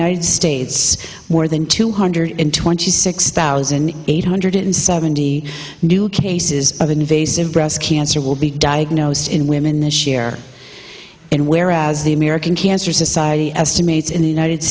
united states more than two hundred twenty six thousand eight hundred seventy new cases of invasive breast cancer will be diagnosed in women this year in whereas the american cancer society estimates in the united